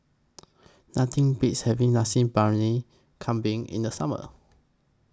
Nothing Beats having Nasi Briyani Kambing in The Summer